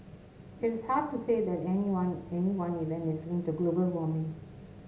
it is hard to say that anyone any one event is linked to global warming